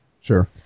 Sure